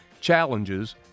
challenges